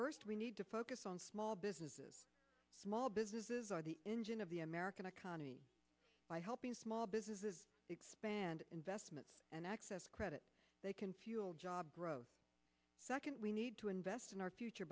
first we need to focus on small businesses small businesses are the engine of the american economy by helping small businesses expand investment and access credit they can fuel job growth second we need to invest in our future